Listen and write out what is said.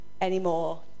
anymore